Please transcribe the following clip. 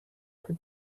per